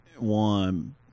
one